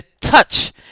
touch